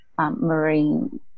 marine